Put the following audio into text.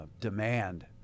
demand